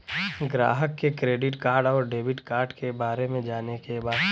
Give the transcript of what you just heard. ग्राहक के credit card और डेविड कार्ड के बारे में जाने के बा?